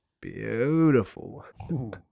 Beautiful